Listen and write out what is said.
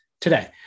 today